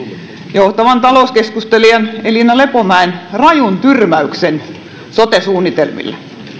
johtavan talouskeskustelijan elina lepomäen rajun tyrmäyksen sote suunnitelmille